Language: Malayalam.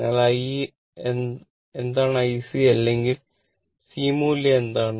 അതിനാൽ I എന്താണ് IC അല്ലെങ്കിൽ C മൂല്യം എന്താണ്